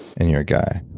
and you're a guy.